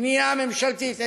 בנייה ממשלתית,